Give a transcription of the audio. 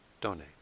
donate